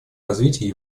развития